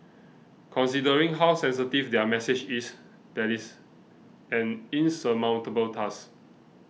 considering how sensitive their message is that is an insurmountable task